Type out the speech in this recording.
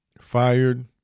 Fired